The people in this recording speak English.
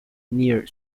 near